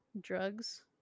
drugs